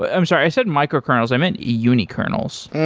i'm sorry. i said microkernels. i meant unikernels,